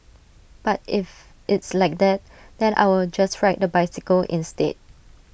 but if it's like that then I will just ride A bicycle instead